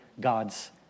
God's